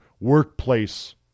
workplace